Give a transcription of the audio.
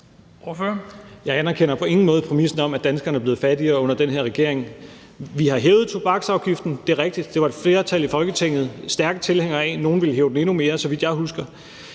Jeg anerkender på ingen måde præmissen om, at danskerne er blevet fattigere under den her regering. Vi har hævet tobaksafgiften, det er rigtigt. Det var et flertal i Folketinget stærke tilhængere af, og nogle ville hæve den endnu mere, så vidt jeg husker.